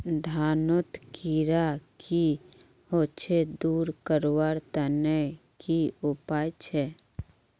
धानोत कीड़ा की होचे दूर करवार तने की उपाय छे?